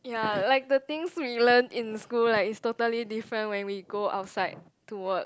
ya like the things we learn in school like is totally different when we go outside to work